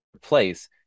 place